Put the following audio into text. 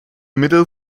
middle